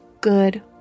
Good